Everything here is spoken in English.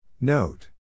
Note